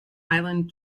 island